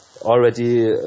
already